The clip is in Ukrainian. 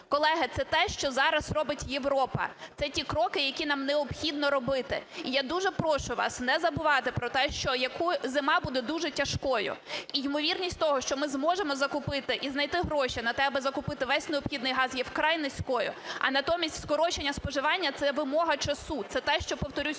Колеги, це те, що зараз робить Європа, це ті кроки, які нам необхідно робити. І я дуже прошу вас не забувати про те, що зима буде дуже тяжкою і ймовірність того, що ми зможемо закупити і знайти гроші на те, аби закупити весь необхідний газ, є вкрай низькою, а натомість скорочення споживання – це вимога часу, це те, що, повторюсь,